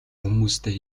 хүмүүстэй